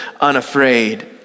unafraid